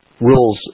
rules